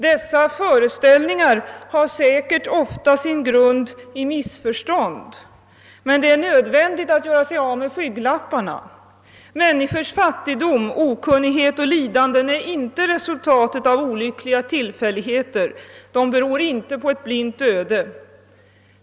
Dessa föreställningar har säkert ofta sin grund i missförstånd, men det är nödvändigt att göra sig av med skygglapparna. Människors fattigdom, okunnighet och lidanden är inte resultatet av olyckliga tillfälligheter; de be ror inte på ett blint öde.